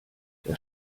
der